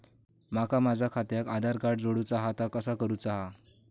माका माझा खात्याक आधार कार्ड जोडूचा हा ता कसा करुचा हा?